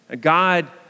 God